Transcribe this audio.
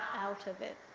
out of it,